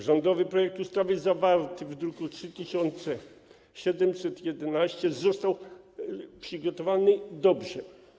Rządowy projekt ustawy zawarty w druku nr 3711 został przygotowany dobrze.